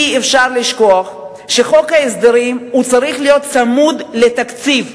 אי-אפשר לשכוח שחוק ההסדרים צריך להיות צמוד לתקציב,